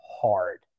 hard